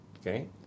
Okay